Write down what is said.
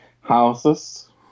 houses